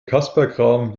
kasperkram